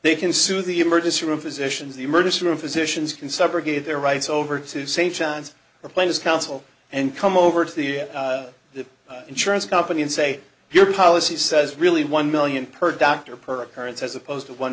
they can sue the emergency room physicians the emergency room physicians can subrogate their rights over to st john's the plan is counsel and come over to the the insurance company and say your policy says really one million per doctor per currents as opposed to one